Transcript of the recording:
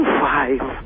five